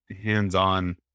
hands-on